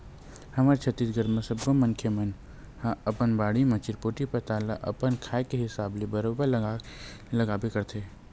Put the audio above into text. हमर छत्तीसगढ़ म सब्बो मनखे मन ह अपन बाड़ी म चिरपोटी पताल ल अपन खाए के हिसाब ले बरोबर लगाबे करथे